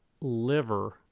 liver